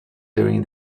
during